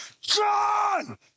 John